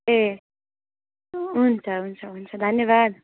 ए हुन्छ हुन्छ हुन्छ धन्यवाद